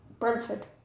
Brentford